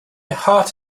heart